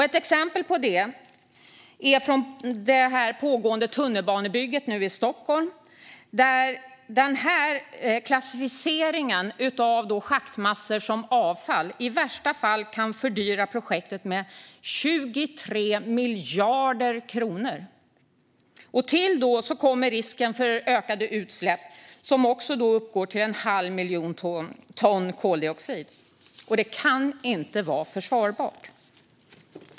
Ett exempel på detta är från det pågående tunnelbanebygget i Stockholm, där denna klassificering av schaktmassor som avfall i värsta fall kan fördyra projektet med 23 miljarder kronor. Till detta kommer risken för ökade utsläpp som uppgår till cirka en halv miljon ton koldioxid. Detta kan inte vara försvarbart.